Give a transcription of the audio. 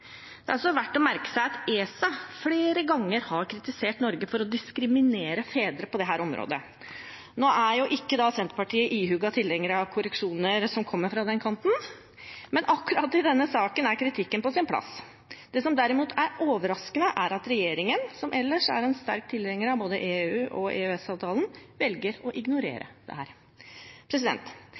Det er også verdt å merke seg at ESA flere ganger har kritisert Norge for å diskriminere fedre på dette området. Nå er ikke Senterpartiet en ihuga tilhenger av korreksjoner som kommer fra den kanten, men akkurat i denne saken er kritikken på sin plass. Det som derimot er overraskende, er at regjeringen, som ellers er en sterk tilhenger av både EU og EØS-avtalen, velger å ignorere